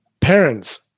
Parents